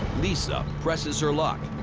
lisa presses her luck.